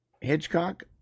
Hitchcock